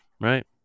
right